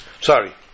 Sorry